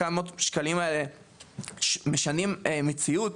כמה מאות השקלים האלו משנים להם את המציאות,